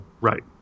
Right